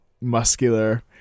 muscular